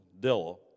Dilla